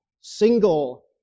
single